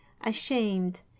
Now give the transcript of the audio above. ashamed